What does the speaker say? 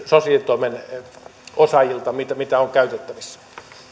sosiaalitoimen osaajilta mitä mitä on käytettävissä